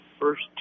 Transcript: first